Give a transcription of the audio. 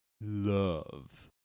love